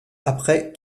après